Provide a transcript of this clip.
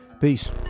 Peace